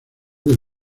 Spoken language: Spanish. del